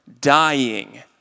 dying